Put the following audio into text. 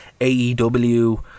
AEW